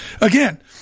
again